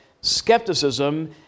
skepticism